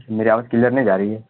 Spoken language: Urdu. میری آواز کلیئر نہیں جا رہی ہے